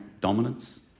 dominance